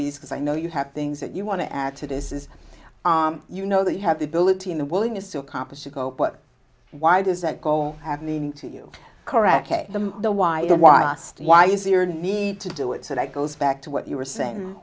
these because i know you have things that you want to add to this is you know that you have the ability and the willingness to accomplish a goal but why does that goal have meaning to you correct the the why the why i asked why easier need to do it so that goes back to what you were saying